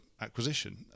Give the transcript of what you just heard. acquisition